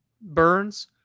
Burns